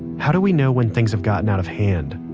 how do we know when things have gotten out of hand?